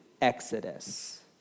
exodus